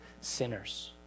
sinners